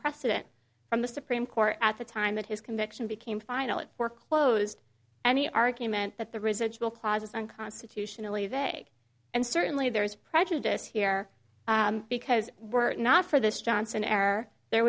precedent from the supreme court at the time of his conviction became final it were closed any argument that the residual closets unconstitutionally vague and certainly there is prejudice here because were not for this johnson air there